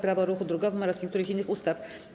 Prawo o ruchu drogowym oraz niektórych innych ustaw.